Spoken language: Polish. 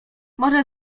może